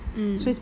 所以